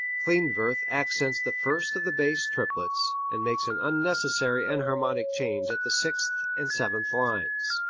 klindworth accents the first of the bass triplets, and makes an unnecessary enharmonic change at the sixth and seventh lines.